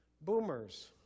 Boomers